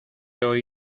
hoy